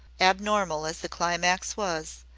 abnormal as the climax was,